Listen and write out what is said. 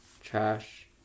trash